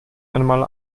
einmal